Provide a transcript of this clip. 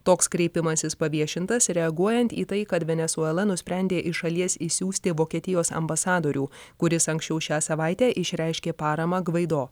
toks kreipimasis paviešintas reaguojant į tai kad venesuela nusprendė iš šalies išsiųsti vokietijos ambasadorių kuris anksčiau šią savaitę išreiškė paramą gvaido